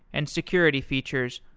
and security features,